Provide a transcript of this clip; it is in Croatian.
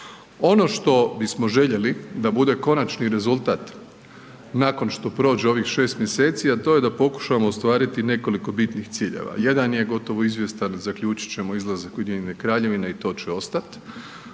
Ono što bismo željeli da bude konačni rezultat nakon što prođe ovih šest mjeseci, a to je da pokušamo ostvariti nekoliko bitnih ciljeva. Jedan je gotovo izvjestan, zaključit ćemo izlazak Ujedinjene Kraljevine i to će ostati,